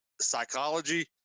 psychology